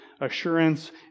assurance